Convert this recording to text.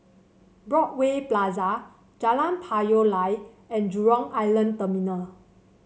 Broadway Plaza Jalan Payoh Lai and Jurong Island Terminal